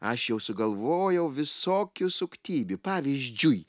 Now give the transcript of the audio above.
aš jau sugalvojau visokių suktybių pavyzdžiui